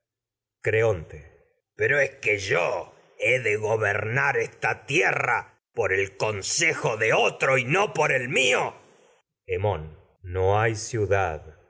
un imberbe creonte pero es que yo y he de gobernar esta tie por rra por el consejo de otro no el mió se hemón no hay ciudad